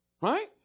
Right